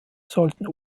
sollten